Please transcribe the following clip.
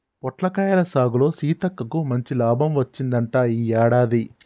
పొట్లకాయల సాగులో సీతక్కకు మంచి లాభం వచ్చిందంట ఈ యాడాది